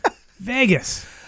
Vegas